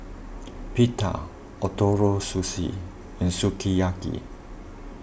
Pita Ootoro Sushi and Sukiyaki